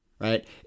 right